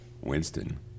Winston